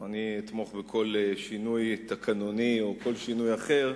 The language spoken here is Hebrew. אני אתמוך בכל שינוי תקנוני או כל שינוי אחר,